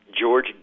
George